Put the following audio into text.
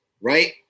right